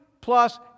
plus